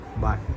Bye